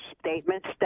statements